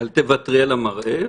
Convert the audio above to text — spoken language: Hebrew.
אל תוותרי על המראה.